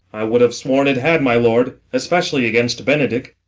i would have sworn it had, my lord especially against benedick.